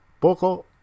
poco